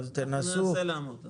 תנסו להאיץ את הדברים.